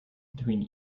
between